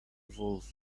evolve